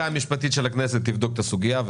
המשפטית של הכנסת תבדוק את הסוגיה.